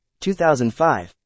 2005